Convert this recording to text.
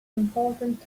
important